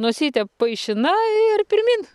nosytė paišina ir pirmyn